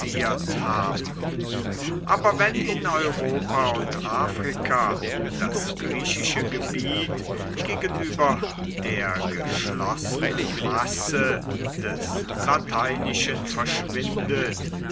haben aber wenn in europa und afrika das griechische gebiet gegenüber der geschlossenen masse des lateinischen verschwindet